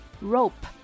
Rope